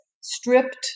stripped